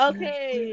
Okay